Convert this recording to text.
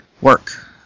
work